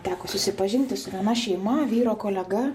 teko susipažinti su viena šeima vyro kolega